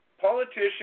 politicians